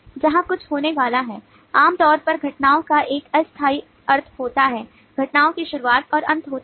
तो यह आमतौर पर एक घटना है